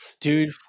Dude